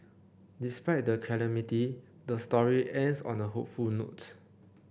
despite the calamity the story ends on a hopeful note